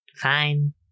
Fine